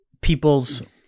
people's